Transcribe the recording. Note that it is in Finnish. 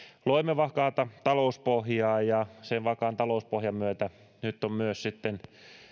loimme vakaata talouspohjaa ja sen vakaan talouspohjan myötä nyt on myös sitten